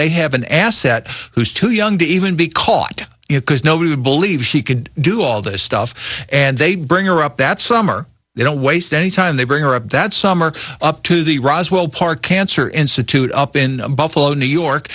they have an asset who's too young to even be caught it because nobody would believe she could do all this stuff and they bring her up that summer they don't waste any time they bring her up that summer up to the roswell park cancer institute up in buffalo new york